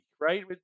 Right